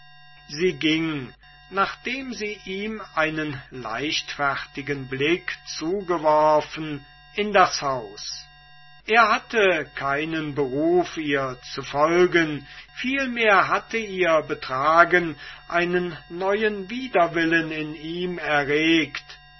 sie ging nachdem sie ihm einen leichtfertigen blick zugeworfen in das haus er hatte keinen beruf ihr zu folgen vielmehr hatte ihr betragen einen neuen widerwillen in ihm erregt